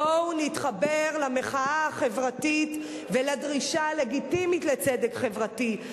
בואו נתחבר למחאה החברתית ולדרישה הלגיטימית לצדק חברתי.